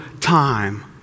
time